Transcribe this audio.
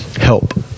help